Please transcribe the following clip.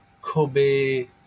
Kobe